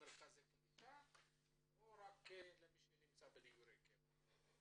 למרכזי קליטה או רק למי שנמצא במגורי קבע?